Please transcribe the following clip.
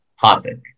topic